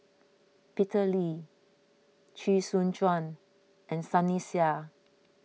Peter Lee Chee Soon Juan and Sunny Sia